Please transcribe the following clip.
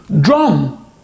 Drum